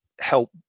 help